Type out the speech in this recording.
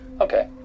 Okay